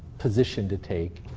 position to take.